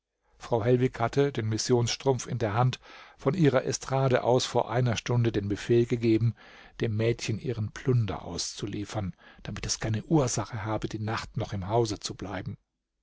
frau hellwig hatte den missionsstrumpf in der hand von ihrer estrade aus vor einer stunde den befehl gegeben dem mädchen ihren plunder auszuliefern damit es keine ursache habe die nacht noch im hause zu bleiben